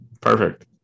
Perfect